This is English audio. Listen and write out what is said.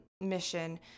Mission